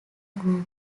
group